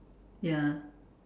ya